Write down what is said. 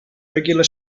regular